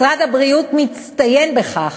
משרד הבריאות מצטיין בכך,